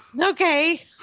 Okay